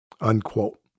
Unquote